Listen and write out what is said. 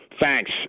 Thanks